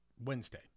Wednesday